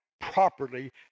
properly